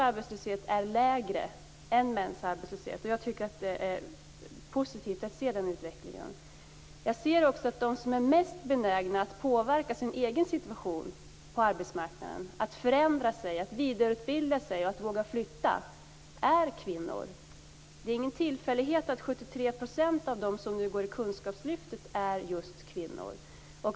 Arbetslösheten bland kvinnor är lägre än bland män. Den utvecklingen är positiv. De som är mest benägna att påverka sin egen situation på arbetsmarknaden - att förändra sig, vidareutbilda sig och våga flytta - är kvinnor. Det är ingen tillfällighet att 73 % av de som nu går i kunskapslyftet är just kvinnor.